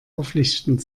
verpflichtend